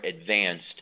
advanced